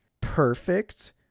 perfect